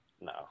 No